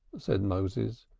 said moses.